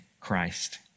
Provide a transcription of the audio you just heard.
Christ